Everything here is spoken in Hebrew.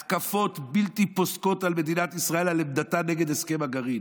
התקפות בלתי פוסקות על מדינת ישראל על עמדתה נגד הסכם הגרעין,